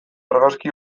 argazki